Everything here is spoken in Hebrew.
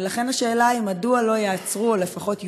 ולכן השאלה היא: מדוע לא ייעצרו, או לפחות יושעו,